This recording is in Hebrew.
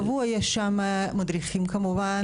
קבוע יש שם מדריכים כמובן,